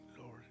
Lord